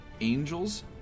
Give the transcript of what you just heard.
angels